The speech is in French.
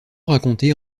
raconter